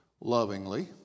lovingly